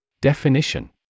Definition